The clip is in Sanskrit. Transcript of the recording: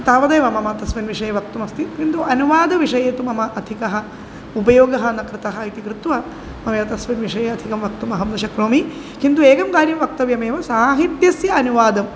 तावदेव मम तस्मिन् विषये वक्तुमस्ति किन्तु अनुवादविषये तु मम अधिकः उपयोगः न कृतः इति कृत्वा मम एतस्मिन् विषये अधिकं वक्तुम् अहं न शक्नोमि किन्दु एकं कार्यं वक्तव्यमेव साहित्यस्य अनुवादं